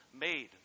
made